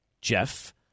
Jeff